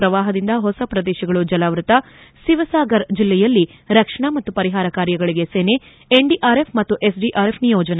ಪ್ರವಾಹದಿಂದ ಹೊಸ ಪ್ರದೇಶಗಳು ಜಲಾವೃತ ಸಿವಸಾಗರ್ ಜಿಲ್ಲೆಯಲ್ಲಿ ರಕ್ಷಣಾ ಮತ್ತು ಪರಿಹಾರ ಕಾರ್ಯಗಳಿಗೆ ಸೇನೆ ಎನ್ಡಿಆರ್ಎಫ್ ಮತ್ತು ಎಸ್ಡಿಆರ್ಎಫ್ ನಿಯೋಜನೆ